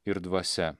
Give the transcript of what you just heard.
ir dvasia